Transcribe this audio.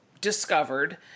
discovered